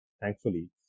thankfully